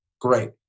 great